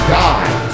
die